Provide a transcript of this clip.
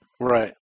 Right